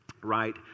right